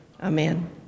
Amen